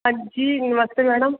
अंजी नमस्ते मैडम